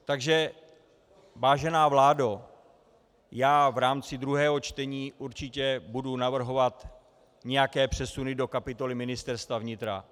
Takže vážená vládo, já v rámci druhého čtení určitě budu navrhovat nějaké přesuny do kapitoly Ministerstva vnitra.